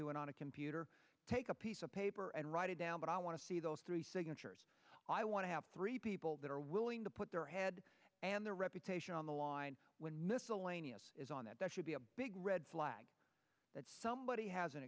do it on a computer take a piece of paper and write it down but i want to see those three signatures i want to have three people that are willing to put their head and their reputation on the line when miscellaneous is on that that should be a big red flag that somebody has an